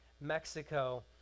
Mexico